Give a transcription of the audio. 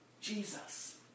Jesus